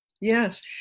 Yes